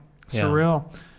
Surreal